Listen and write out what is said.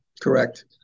Correct